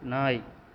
நாய்